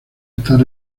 estar